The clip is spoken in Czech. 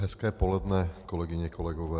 Hezké poledne, kolegyně, kolegové.